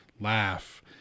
laugh